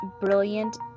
brilliant